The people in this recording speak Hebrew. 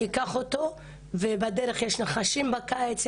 ובדרך יש נחשים בקיץ,